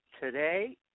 today